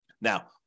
Now